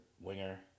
winger